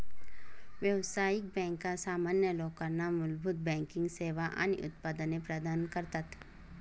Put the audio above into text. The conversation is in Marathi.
व्यावसायिक बँका सामान्य लोकांना मूलभूत बँकिंग सेवा आणि उत्पादने प्रदान करतात